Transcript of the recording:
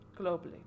globally